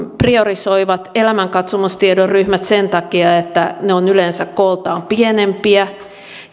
priorisoidaan elämänkatsomustiedon ryhmät sen takia että ne ovat yleensä kooltaan pienempiä